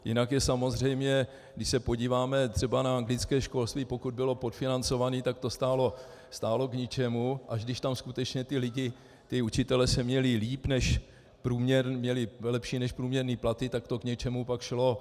Jinak je samozřejmě když se podíváme třeba na britské školství, pokud bylo podfinancované, tak to stálo k ničemu, až když tam skutečně ti lidé, ti učitelé se měli líp než průměr, měli lepší než průměrné platy, tak to k něčemu pak šlo.